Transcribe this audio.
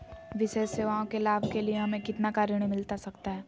विशेष सेवाओं के लाभ के लिए हमें कितना का ऋण मिलता सकता है?